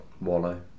wallow